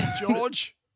George